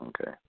okay